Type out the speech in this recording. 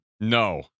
No